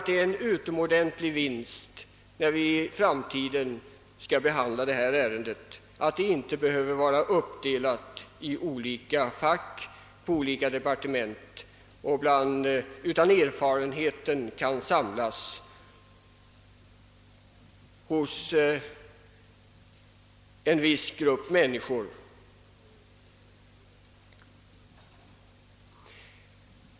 Det är en utomordentlig vinst när vi i framtiden skall behandla detta ärende att det inte behöver vara uppdelat i olika fack på skilda departement, utan erfarenheten kan samlas hos en viss grupp människor.